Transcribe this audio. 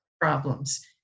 problems